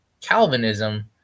Calvinism